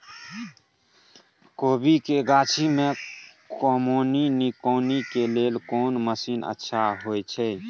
कोबी के गाछी में कमोनी निकौनी के लेल कोन मसीन अच्छा होय छै?